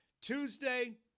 Tuesday